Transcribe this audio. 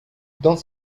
dans